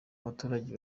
abaturage